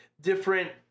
different